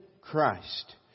Christ